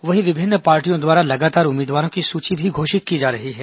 वहीं विभिन्न पार्टियों द्वारा लगातार उम्मीदवारों की सूची भी घोषित की जा रही है